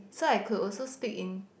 so I could also speak in